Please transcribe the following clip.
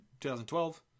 2012